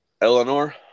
Eleanor